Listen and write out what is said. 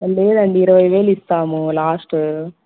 లేదండి ఇరవై వేలు ఇస్తాము లాస్ట్